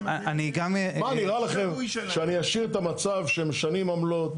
נראה לכם שאני אשאיר את המצב שמשנים עמלות,